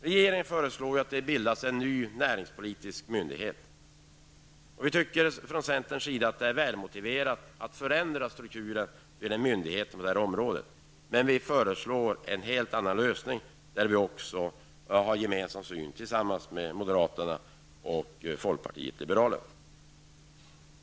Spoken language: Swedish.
Regeringen föreslår att det skall inrättas en ny näringspolitisk myndighet. Vi i centern anser att det är välmotiverat att förändra strukturen i myndigheterna på detta område, men vi föreslår en helt annan lösning som också förordas av moderaterna och folkpartiet liberalerna.